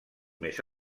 més